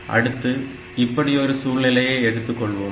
அடுத்து இப்படி ஒரு சூழ்நிலையை எடுத்துக் கொள்வோம்